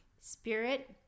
Spirit